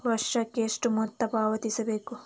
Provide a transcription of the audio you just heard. ವರ್ಷಕ್ಕೆ ಎಷ್ಟು ಮೊತ್ತ ಪಾವತಿಸಬೇಕು?